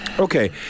Okay